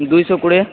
ଦୁଇଶହ କୋଡ଼ିଏ